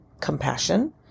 compassion